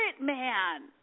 man